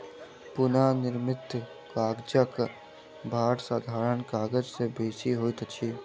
पुनःनिर्मित कागजक भार साधारण कागज से बेसी होइत अछि